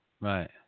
Right